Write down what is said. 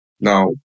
Now